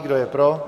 Kdo je pro?